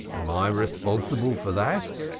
am i responsible for that?